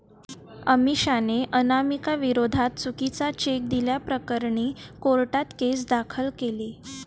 अमिषाने अनामिकाविरोधात चुकीचा चेक दिल्याप्रकरणी कोर्टात केस दाखल केली